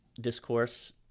discourse